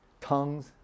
tongues